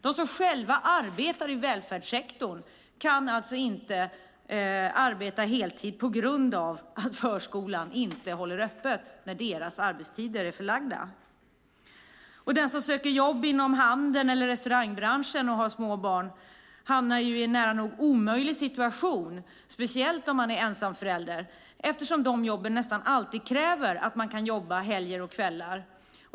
De som själva arbetar i välfärdssektorn kan alltså inte arbeta heltid på grund av att förskolan inte håller öppet på tider som deras arbetstider är förlagda till. Den som söker jobb inom handeln eller restaurangbranschen och som har små barn hamnar i en nära nog omöjlig situation - speciellt om det är en ensam förälder - eftersom de här jobben nästan alltid kräver att man kan jobba helger och kvällar.